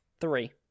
Three